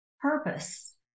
purpose